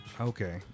Okay